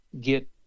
get